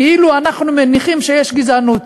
כאילו אנחנו מניחים שיש גזענות.